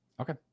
Okay